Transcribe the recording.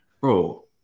bro